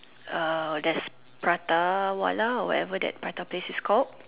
uh there's Prata-Wala or whatever that prata place is called